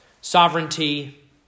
sovereignty